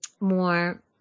more